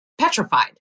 petrified